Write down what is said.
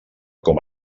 com